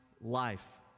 life